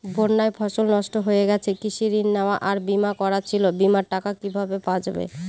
বন্যায় ফসল নষ্ট হয়ে গেছে কৃষি ঋণ নেওয়া আর বিমা করা ছিল বিমার টাকা কিভাবে পাওয়া যাবে?